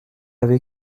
avait